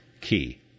key